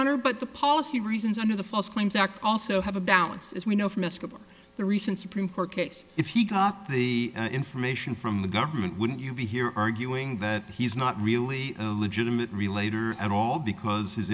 honor but the policy reasons under the false claims act also have a balance as we know from escape the recent supreme court case if he got the information from the government wouldn't you be here arguing that he's not really a legitimate relator at all because his